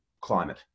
climate